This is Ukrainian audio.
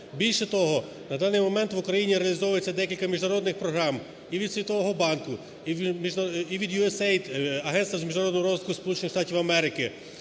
Більше того, на даний момент в Україні реалізовується декілька міжнародних програм і від Світового банку, і від USAID, Агентства з міжнародного розвитку